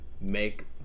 make